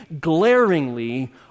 glaringly